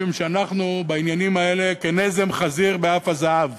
משום שאנחנו בעניינים האלה כנזם חזיר באף הזהב